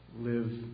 live